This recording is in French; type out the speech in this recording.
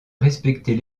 respecter